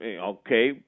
okay